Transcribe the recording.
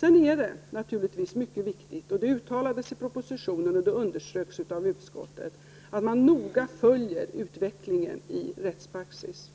Sedan är det naturligtvis mycket viktigt -- detta uttalas i propositionen och har också understrukits i utskottet -- att man noga följer utvecklingen i fråga om rättspraxis.